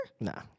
Nah